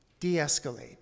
Deescalate